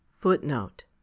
Footnote